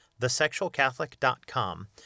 thesexualcatholic.com